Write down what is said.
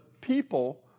people